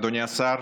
אדוני השר,